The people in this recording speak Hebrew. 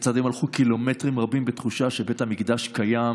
כיצד הם הלכו קילומטרים רבים בתחושה שבית המקדש קיים,